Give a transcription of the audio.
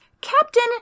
Captain